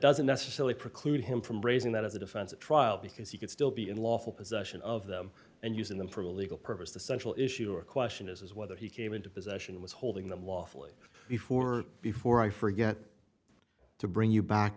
doesn't necessarily preclude him from raising that as a defense at trial because he could still be unlawful possession of them and using them for a legal purpose the central issue or question is whether he came into possession was holding them lawfully before before i forget to bring you back